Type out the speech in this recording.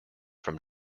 from